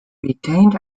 retained